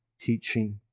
teaching